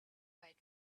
kite